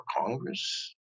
Congress